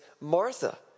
Martha